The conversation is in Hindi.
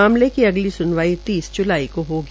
मामले की अगली स्नवाई तीस ज्लाई हो होगी